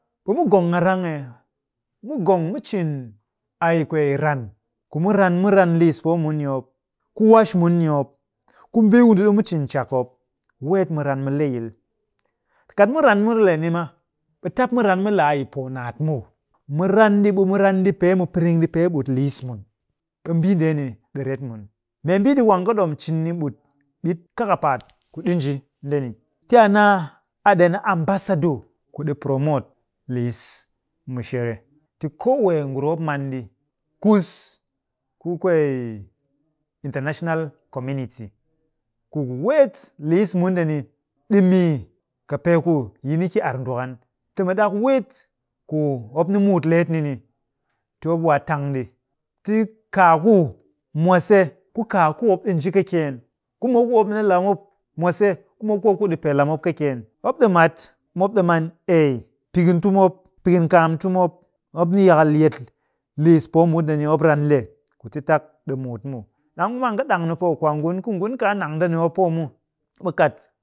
Ɓe mu gong a rang ee? Mu gong mu cin a yii kwee ran ku mu ran. Mu ran liis poo mun ni mop, ku wash mun ni mop, ku mbii ku ndi ɗimu cin cak mop. Weet mu ran mu le yil. Kat mu ran mu le ni ma, ɓe tap mu ran mu a yi poo naat muw. Mu ran ɗi ɓe mu ran ɗi pee mu piring ɗi pee ɓut liis mun. ɓe mbii ndeeni ɗi ret mun. Membii ɗi ku an kɨ ɗom cin ni ɓut ɓit kakapaat ku ɗi nji ndeni, ti a naa a ɗen a ambassador ku ɗi promote liis mushere. Ti koo wee, ngurum mop man ɗi kus ku kwee international community weet liis mun ndeni, ɗi mii kɨpee ku yi ni ki ar ndwakan. Ti mu ɗak weet ku mop ni muut leet ni ni. Ti mop waa tang ɗi. Ti kaa ku mwase ku kaa ku mop ɗi nji kɨkyeen, ku mop ku mop ni la mop mwase, ku mop ku mop kuɗi pee la mop kɨkyeen, mop ɗi mat mop ɗi man ei, pikintu mop, pikinkaam tu mop, mop ni yakal yet liis poo mut ndeni mop ran le ku ti tap ɗi muut muw. ɗang maa an kɨ ɗang ni poo kwaangun ku ngun kaa nang ndeni mop poo mu, ɓe kat